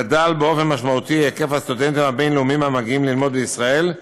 גדל באופן משמעותי היקף הסטודנטים הבין-לאומיים המגיעים ללמוד בישראל,